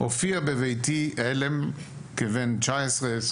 הופיע בביתי עלם כבן 19-20